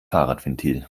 fahrradventil